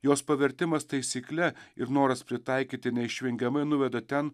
jos pavertimas taisykle ir noras pritaikyti neišvengiamai nuveda ten